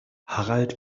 harald